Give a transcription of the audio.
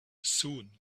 soon